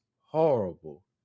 horrible